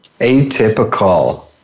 Atypical